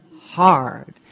hard